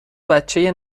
بچه